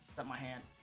my hand